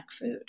food